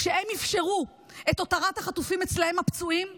כשהם אפשרו את הותרת החטופים הפצועים אצלם,